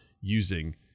using